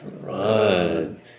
run